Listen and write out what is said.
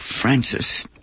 Francis